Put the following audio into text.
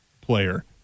player